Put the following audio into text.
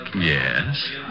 Yes